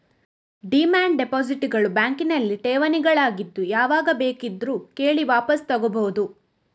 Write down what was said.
demand deposit ಗಳು ಬ್ಯಾಂಕಿನಲ್ಲಿ ಠೇವಣಿಗಳಾಗಿದ್ದು ಯಾವಾಗ ಬೇಕಿದ್ರೂ ಕೇಳಿ ವಾಪಸು ತಗೋಬಹುದು